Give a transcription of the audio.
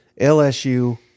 LSU